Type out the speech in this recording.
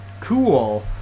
Cool